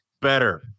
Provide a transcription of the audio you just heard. better